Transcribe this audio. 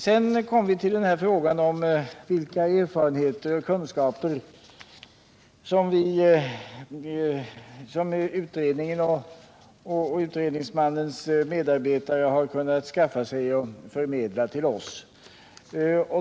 Sedan kommer vi till frågan om vilka erfarenheter och kunskaper som utredaren och hans medarbetare har kunnat skaffa sig och förmedlat till oss.